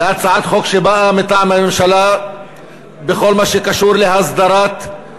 להצעת חוק שבאה מטעם הממשלה בכל מה שקשור להסדרת,